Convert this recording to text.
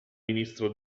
ministro